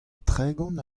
tregont